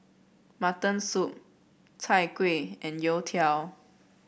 Mutton Soup Chai Kueh and youtiao